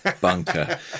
bunker